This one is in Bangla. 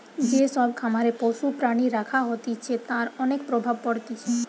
যে সব খামারে পশু প্রাণী রাখা হতিছে তার অনেক প্রভাব পড়তিছে